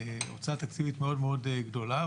הוצאה תקציבית מאוד מאוד גדולה.